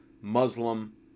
Muslim